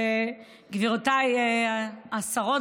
גבירותיי השרות,